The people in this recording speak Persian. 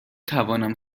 توانم